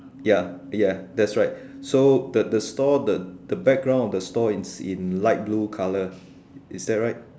ya ya that's right so the the stall the the stall the background of the stall is in light blue colour is that right